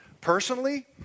Personally